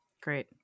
Great